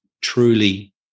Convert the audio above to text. truly